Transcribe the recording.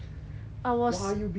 why you be judging